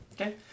Okay